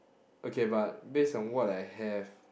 okay but based on what I have